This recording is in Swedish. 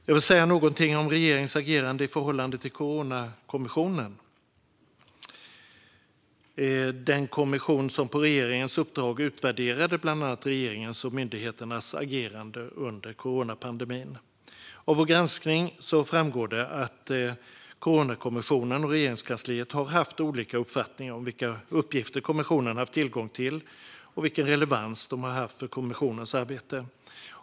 Jag vill säga något om regeringens agerande i förhållande till Coronakommissionen, den kommission som på regeringens uppdrag utvärderade bland annat regeringens och myndigheternas agerande under coronapandemin. Av vår granskning framgår att Coronakommissionen och Regeringskansliet har haft olika uppfattningar om vilka uppgifter kommissionen haft tillgång till och vilken relevans de haft för kommissionens arbete.